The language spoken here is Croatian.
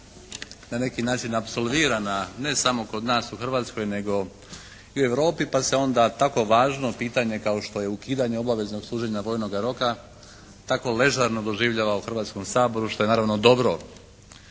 na neki način apsolvirana ne samo kod nas u Hrvatskoj nego i u Europi pa se onda tako važno pitanje kao što je ukidanje obaveznog služenja vojnoga roka tako ležerno doživljava u Hrvatskom saboru što je naravno dobro,